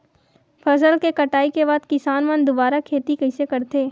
फसल के कटाई के बाद किसान मन दुबारा खेती कइसे करथे?